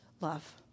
love